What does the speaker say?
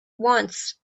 once